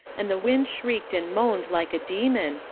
and the wind shrieked and moaned like a demon,